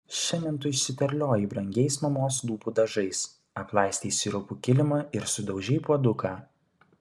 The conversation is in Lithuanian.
šiandien tu išsiterliojai brangiais mamos lūpų dažais aplaistei sirupu kilimą ir sudaužei puoduką